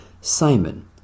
Simon